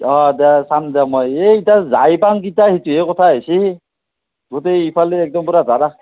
অঁ দে চাম দে এই ইতা যাই পাম কেতিয়া হেইটো হে কথা হৈছি গোটেই ইফালেও একদম পোৰা যাবা